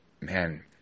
man